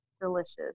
delicious